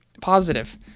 Positive